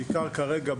בעיקר כרגע,